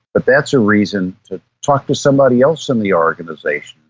but that's a reason to talk to somebody else from the organisation,